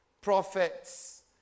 prophets